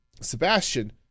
Sebastian